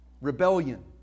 rebellion